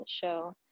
show